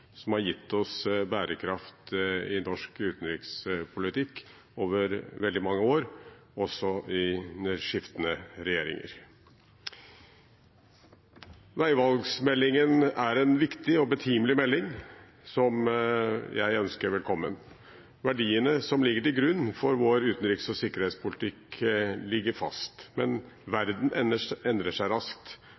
som har gitt oss bærekraft i norsk utenrikspolitikk over veldig mange år, også under skiftende regjeringer. Veivalgsmeldingen er en viktig og betimelig melding, som jeg ønsker velkommen. Verdiene som ligger til grunn for vår utenriks- og sikkerhetspolitikk, ligger fast, men verden endrer seg raskt.